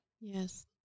Yes